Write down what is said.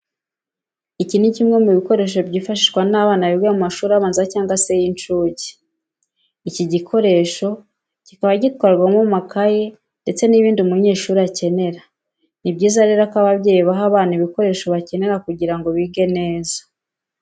Iki ni kimwe mu bikoresho byifashishwa n'abana biga mu mashuri abanza cyangwa se y'incuke. Iki gikoresho kikabi gitwarwamo amakayi ndetse n'ibindi umunyeshuri akenera. Ni byiza rero ko ababyeyi baha abana ibikoresho bakenera kugira ngo bige neza.